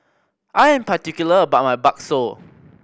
I am particular about my bakso